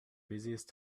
busiest